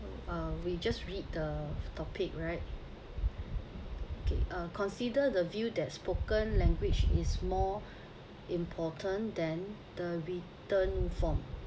uh we just read the topic right okay uh consider the view that spoken language is more important than the written form